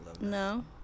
No